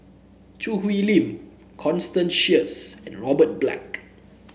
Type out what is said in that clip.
Choo Hwee Lim Constance Sheares and Robert Black